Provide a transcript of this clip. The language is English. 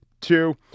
two